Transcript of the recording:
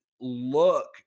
look